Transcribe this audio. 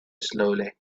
slowly